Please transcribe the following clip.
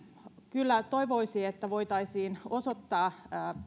kyllä toivoisi että voitaisiin osoittaa